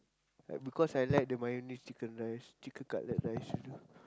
like because I like the mayonnaise chicken rice chicken cutlet rice